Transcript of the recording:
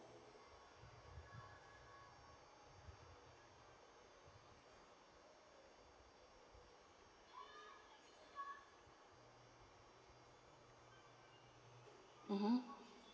mmhmm